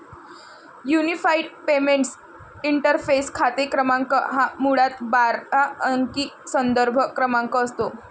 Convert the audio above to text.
unified payments interface खाते क्रमांक हा मुळात बारा अंकी संदर्भ क्रमांक असतो